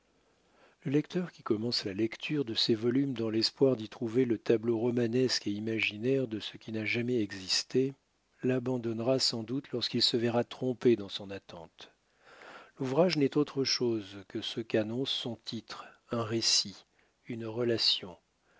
le lecteur qui commence la lecture de ces volumes dans l'espoir d'y trouver le tableau romanesque et imaginaire de ce qui n'a jamais existé l'abandonnera sans doute lorsqu'il se verra trompé dans son attente l'ouvrage n'est autre chose que ce qu'annonce son titre un récit une relation